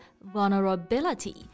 vulnerability。